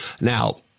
Now